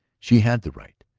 she had the right!